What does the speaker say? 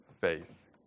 faith